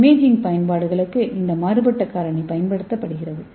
imaging பயன்பாடுகளுக்கு இந்த மாறுபட்ட காரணி பயன்படுத்தப்படுகிறது